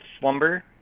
slumber